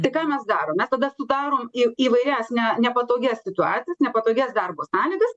tai ką mes darom mes tada sudarom į įvairias ne nepatogias situacijas nepatogias darbo sąlygas